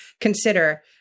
consider